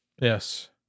Yes